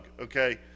okay